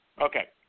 Okay